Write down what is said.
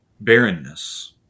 barrenness